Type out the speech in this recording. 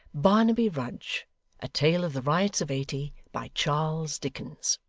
barnaby rudge a tale of the riots of eighty by charles dickens